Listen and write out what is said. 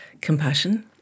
compassion